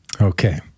Okay